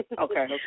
okay